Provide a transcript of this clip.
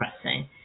pressing